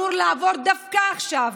הוא תיקון שאמור לעבור דווקא עכשיו,